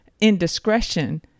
indiscretion